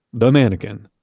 the mannequin,